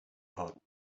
hot